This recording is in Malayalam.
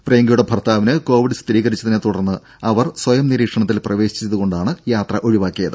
പ്രിയങ്കയുടെ ഭർത്താവിന് കോവിഡ് സ്ഥിരീകരിച്ചതിനെ തുടർന്ന് അവർ സ്വയം നിരീക്ഷണത്തിൽ പ്രവേശിച്ചതുകൊണ്ടാണ് യാത്ര ഒഴിവാക്കിയത്